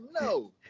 no